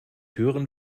hören